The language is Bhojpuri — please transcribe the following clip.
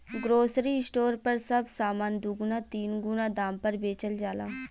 ग्रोसरी स्टोर पर सब सामान दुगुना तीन गुना दाम पर बेचल जाला